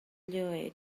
louie